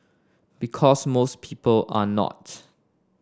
because most people are not